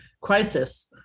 crisis